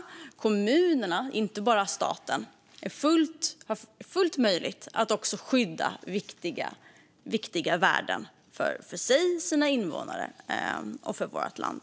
Det är fullt möjligt för kommunerna, inte bara för staten, att skydda viktiga värden för sig, för sina invånare och för vårt land.